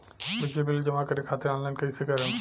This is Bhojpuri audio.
बिजली बिल जमा करे खातिर आनलाइन कइसे करम?